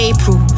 April